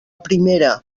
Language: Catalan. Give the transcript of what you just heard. primera